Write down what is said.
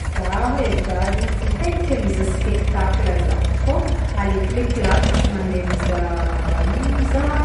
Zaho e, zaho zegny tsy tegna tià mizaha spectacle za fô alekileky lavitry mandeha mizaha mizaha